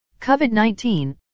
COVID-19